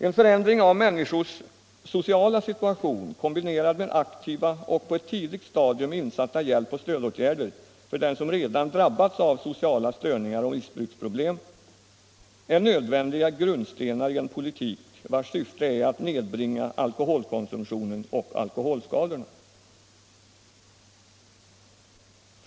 En förändring av människors sociala situation, kombinerad med aktiva och på ett tidigt stadium insatta hjälpoch stödåtgärder för den som redan drabbats av sociala störningar och missbruksproblem, är nödvändiga grundstenar i en politik, vars syfte är att nedbringa alkoholkon sumtionen och alkoholskadorna.